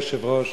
אדוני היושב-ראש,